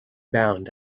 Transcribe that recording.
bound